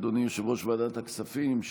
אדוני יושב-ראש ועדת הכספים,